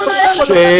סליחה.